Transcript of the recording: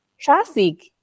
traffic